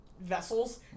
vessels